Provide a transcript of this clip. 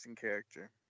character